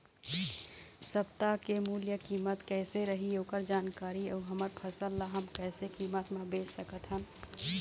सप्ता के मूल्य कीमत कैसे रही ओकर जानकारी अऊ हमर फसल ला हम कैसे कीमत मा बेच सकत हन?